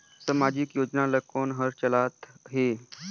समाजिक योजना ला कोन हर चलाथ हे?